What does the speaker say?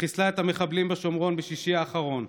שחיסלה את המחבלים בשומרון בשישי האחרון.